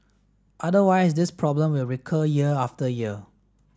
otherwise this problem will recur year after year